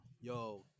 Yo